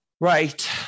Right